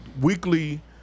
weekly